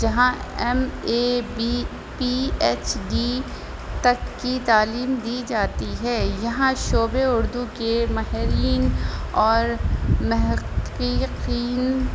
جہاں M A B P H D تک کی تعلیم دی جاتی ہے یہاں شعبے اردو کے ماہرین اور محققین